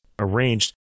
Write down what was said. arranged